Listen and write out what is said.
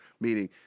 Meaning